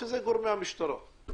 שהם גורמי המשטרה.